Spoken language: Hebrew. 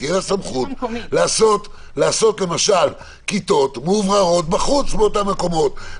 תהיה לה סמכות לעשות למשל כיתות מאווררות בחוץ באותם מקומות.